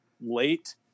late